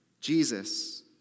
Jesus